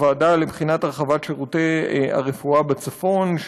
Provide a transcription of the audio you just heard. הוועדה לבחינת הרחבת שירותי הרפואה בצפון,